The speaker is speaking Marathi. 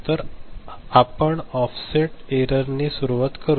तर आम्ही ऑफसेट एरर ने सुरूवात करूया